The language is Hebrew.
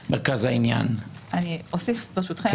הוראת השעה זו הזדמנות מצוינת לתת כלי מחקרי לבדוק את